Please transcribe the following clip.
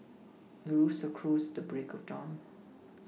rooster crows the break of dawn